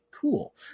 Cool